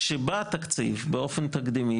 כשבא תקציב באופן תקדימי